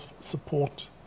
support